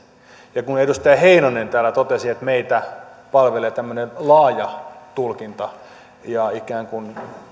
merkitse kun edustaja heinonen täällä totesi että meitä palvelee tämmöinen laaja tulkinta ja ikään kuin